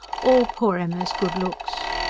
all poor emma's good looks.